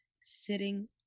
sitting